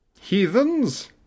Heathens